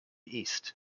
east